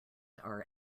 are